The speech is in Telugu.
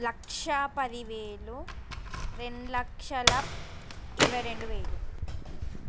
లక్షా పది వేలు రెండు లక్షల ఇరవై రెండు వేలు